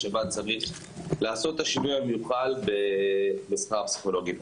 שבהם צריך לעשות את השינוי המיוחל בשכר הפסיכולוגים.